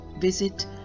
visit